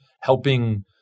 helping